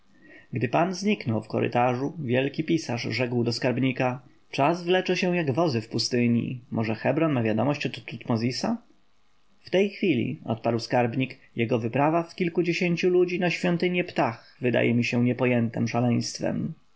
gdy pan zniknął w korytarzu wielki pisarz rzekł do skarbnika czas wlecze się jak wozy w pustyni może hebron ma wiadomość od tutmozisa w tej chwili odparł skarbnik jego wyprawa w kilkudziesięciu ludzi na świątynię ptah wydaje mi się niepojętem